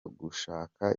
gushaka